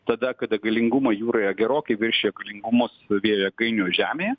tada kada galingumai jūroje gerokai viršija galingumus vėjo jėgainių žemėje